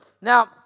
Now